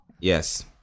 Yes